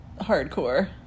hardcore